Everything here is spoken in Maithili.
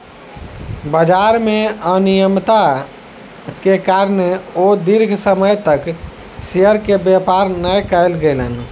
बजार में अनियमित्ता के कारणें ओ दीर्घ समय तक शेयर के व्यापार नै केलैन